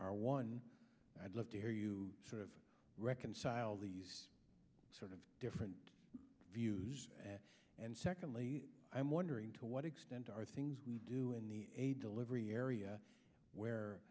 are one i'd love to hear you sort of reconcile these sort of different views and secondly i'm wondering to what extent are things we do in the aid delivery area where